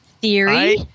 theory